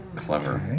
clever,